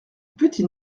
petit